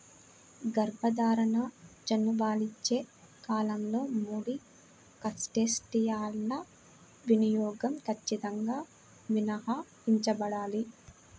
గర్భధారణ, చనుబాలిచ్చే కాలంలో ముడి క్రస్టేసియన్ల వినియోగం ఖచ్చితంగా మినహాయించబడాలి